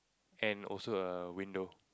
and also a window